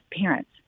parents